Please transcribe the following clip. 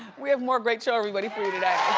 we have more great show everybody for you today.